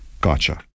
Gotcha